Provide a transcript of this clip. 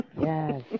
Yes